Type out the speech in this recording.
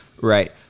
right